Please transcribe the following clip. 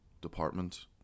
department